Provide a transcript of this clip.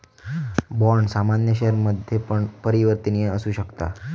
bond सामान्य शेयरमध्ये पण परिवर्तनीय असु शकता